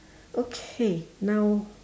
okay now